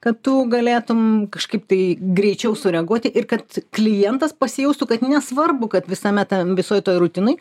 kad tu galėtum kažkaip tai greičiau sureaguoti ir kad klientas pasijaustų kad nesvarbu kad visame tam visoj toj rutinoj